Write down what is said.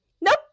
Nope